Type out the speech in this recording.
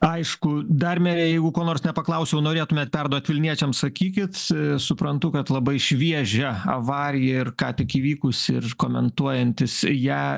aišku dar mere jeigu ko nors nepaklausiau norėtumėt perduoti vilniečiams sakykit suprantu kad labai šviežia avarija ir ką tik įvykusi ir komentuojantys ją